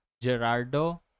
Gerardo